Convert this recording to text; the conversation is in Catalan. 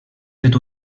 fet